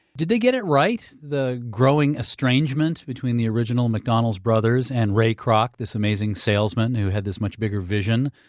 did they get it right? the growing estrangement between the original mcdonald's brothers and ray kroc, this amazing salesman who had this much bigger vision?